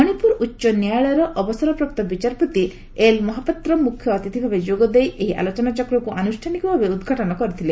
ମଣିପୁର ଉଚ ନ୍ୟାୟାଳୟର ଅବସରପ୍ରାପ୍ତ ବିଚାରପତି ଏଲ ମହାପାତ୍ର ମୁଖ୍ୟ ଅତିଥଭାବେ ଯୋଗଦେଇ ଏହି ଆଲୋଚନାଚକ୍ରକୁ ଆନୁଷ୍ଠାନିକଭାବେ ଉଦ୍ଘାଟନ କରିଥିଲେ